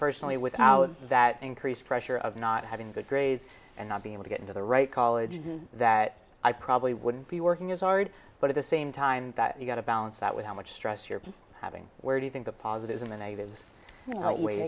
personally without that increased pressure of not having good grades and not be able to get into the right college that i probably wouldn't be working as hard but at the same time that you've got to balance that with how much stress you're having where do you think the positives and the negatives outweigh